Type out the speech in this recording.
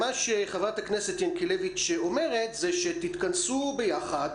חברת הכנסת ינקלביץ' אומרת שתתכנסו ביחד,